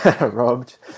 Robbed